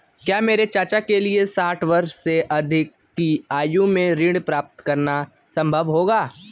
क्या मेरे चाचा के लिए साठ वर्ष से अधिक की आयु में ऋण प्राप्त करना संभव होगा?